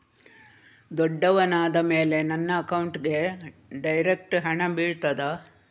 ದೊಡ್ಡವನಾದ ಮೇಲೆ ನನ್ನ ಅಕೌಂಟ್ಗೆ ಡೈರೆಕ್ಟ್ ಹಣ ಬೀಳ್ತದಾ?